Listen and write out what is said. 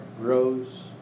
grows